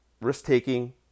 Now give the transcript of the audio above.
risk-taking